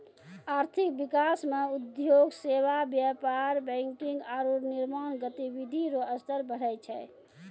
आर्थिक विकास मे उद्योग सेवा व्यापार बैंकिंग आरू निर्माण गतिविधि रो स्तर बढ़ै छै